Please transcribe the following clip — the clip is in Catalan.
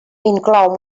inclou